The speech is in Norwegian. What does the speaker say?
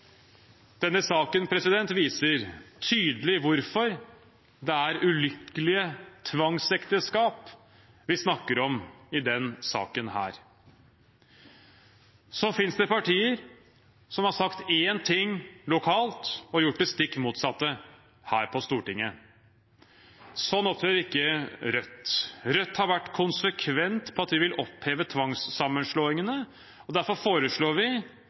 Denne saken viser tydelig hvorfor det er ulykkelige tvangsekteskap vi snakker om her. Så finnes det partier som har sagt én ting lokalt, og gjort det stikk motsatte her på Stortinget. Sånn opptrer ikke Rødt. Rødt har vært konsekvent på at vi vil oppheve tvangssammenslåingene. Derfor foreslår vi